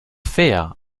fair